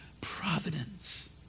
providence